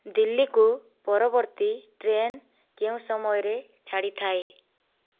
ଦିଲ୍ଲୀକୁ ପରବର୍ତ୍ତୀ ଟ୍ରେନ୍ କେଉଁ ସମୟରେ ଛାଡ଼ିଥାଏ